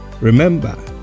remember